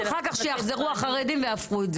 אחר כך שיחזרו החרדים ויהפכו את זה.